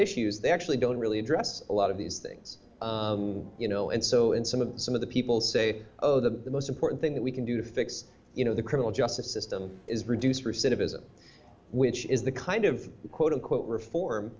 issues they actually don't really address a lot of these things you know and so in some of the some of the people say oh the most important thing that we can do to fix you know the criminal justice system is reduce recidivism which is the kind of quote unquote reform